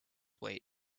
wait